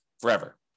forever